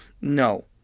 No